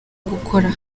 gukora